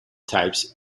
types